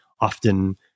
often